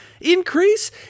increase